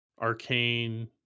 arcane